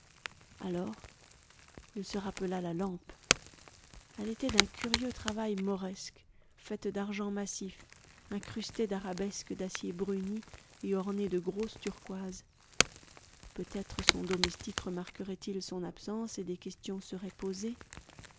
alors il se rappela la lampe elle était d'un curieux travail mauresque faite d'argent massif incrustée d'arabesques d'acier bruni et ornée de grosses turquoises peut-être son domestique remarquerait il son absence et des questions seraient posées